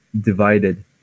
divided